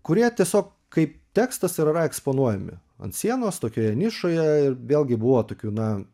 kurie tiesiog kaip tekstas ir yra eksponuojami ant sienos tokioje nišoje ir vėlgi buvo tokių na